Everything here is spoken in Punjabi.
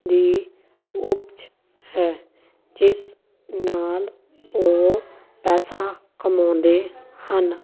ਦੀ ਉਪਜ ਹੈ ਜਿਸ ਨਾਲ ਉਹ ਪੈਸਾ ਕਮਾਉਂਦੇ ਹਨ